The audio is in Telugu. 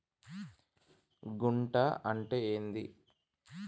గుంట అంటే ఏంది?